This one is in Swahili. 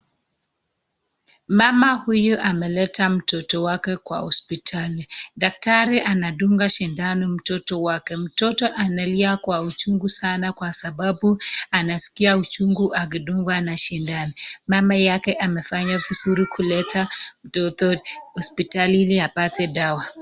Mama huyu ameleta mtoto wake kwa hospital. Daktari anadunga shindano mtoto wake, mtoto analia kwa uchungu sana kwa sababu anaskia uchungu akidungwa na shindano. Mama yake amefanya vizuri kuleta mtoto hospitali ili apate dawa.